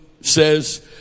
says